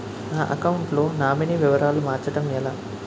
నా అకౌంట్ లో నామినీ వివరాలు మార్చటం ఎలా?